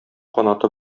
канаты